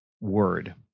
word